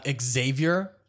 Xavier